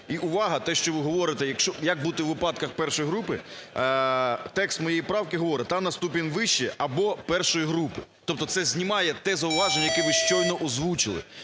Увага! Те, що ви говорите, як бути у випадках І групи? Текст моєї правки говорить, там на ступінь вище або І групи. Тобто це знімає те зауваження, яке ви щойно озвучили.